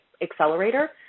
accelerator